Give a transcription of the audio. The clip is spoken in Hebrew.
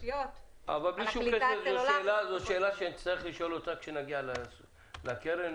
זו שאלה שנצטרך לשאול כשנגיע לקרן.